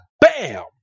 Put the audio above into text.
bam